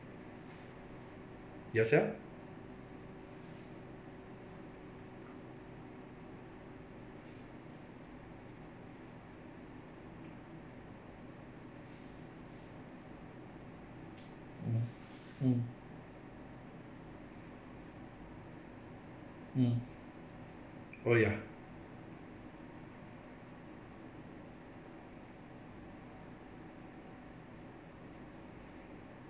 yourself mm mm mm oh ya